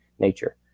nature